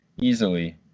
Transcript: easily